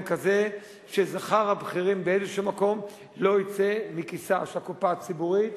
כזה ששכר הבכירים באיזשהו מקום לא יצא מהכיס של הקופה הציבורית,